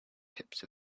tips